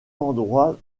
endroit